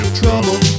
trouble